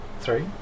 Three